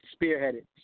Spearheaded